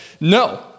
No